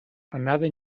another